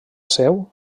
seu